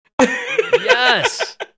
Yes